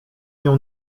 nią